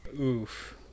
Oof